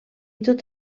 tot